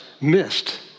missed